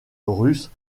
russe